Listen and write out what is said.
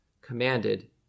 commanded